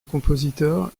compositeur